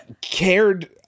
cared